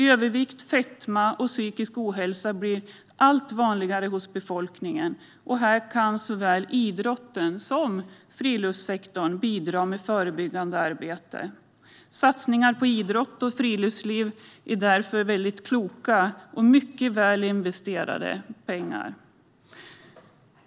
Övervikt, fetma och psykisk ohälsa blir allt vanligare hos befolkningen, och här kan såväl idrotten som friluftssektorn bidra med förebyggande arbete. Satsningar på idrott och friluftsliv är därför väldigt kloka och mycket väl investerade medel.